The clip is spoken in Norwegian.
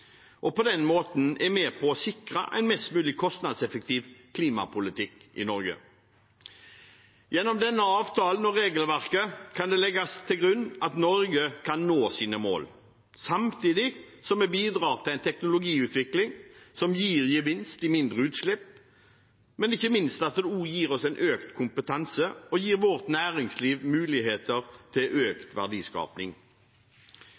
og på den måten er med på å sikre en mest mulig kostnadseffektiv klimapolitikk i Norge. Gjennom denne avtalen og regelverket kan det legges til grunn at Norge kan nå sine mål, samtidig som vi bidrar til en teknologiutvikling som gir gevinst i mindre utslipp, men ikke minst at det gir oss en økt kompetanse og gir vårt næringsliv muligheter til